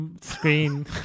screen